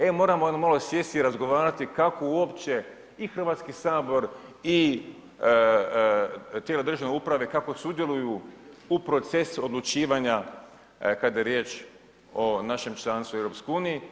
E moramo malo sjesti i razgovarati kako uopće i Hrvatski sabor i tijela državne uprave kako sudjeluju u proces odlučivanja kada je riječ o našem članstvu u EU.